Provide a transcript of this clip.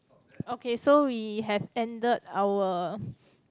okay so we have ended our